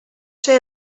ser